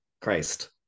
Christ